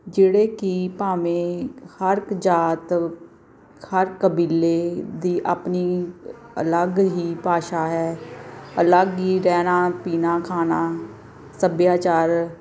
ਜਿਹੜੇ ਕਿ ਭਾਵੇਂ ਹਰ ਇੱਕ ਜਾਤ ਹਰ ਕਬੀਲੇ ਦੀ ਆਪਣੀ ਅਲੱਗ ਹੀ ਭਾਸ਼ਾ ਹੈ ਅਲੱਗ ਹੀ ਰਹਿਣਾ ਪੀਣਾ ਖਾਣਾ ਸੱਭਿਆਚਾਰ